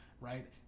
right